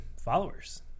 followers